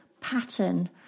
pattern